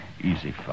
Easy